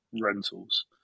rentals